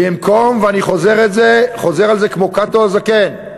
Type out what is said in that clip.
ואני חוזר על זה כמו קאטו הזקן: